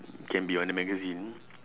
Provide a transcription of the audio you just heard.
can be on the magazine